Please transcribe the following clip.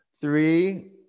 Three